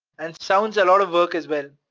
and sounds a lot of work as well,